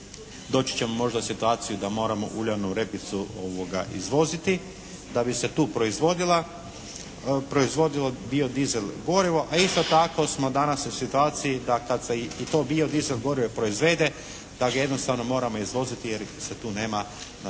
doći ćemo možda u situaciju da moramo uljanu repicu izvoziti da bi se tu proizvodila, proizvodilo biodizel gorivo, a isto tako smo danas u situaciji da kad se i to biodizel gorivo proizvede da ga jednostavno moramo izvoziti jer se tu nema na koji